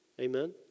Amen